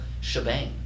shebang